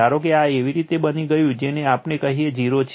ધારો કે આ એવી જ રીતે બની ગયું છે જેને આપણે કહીએ 0 છીએ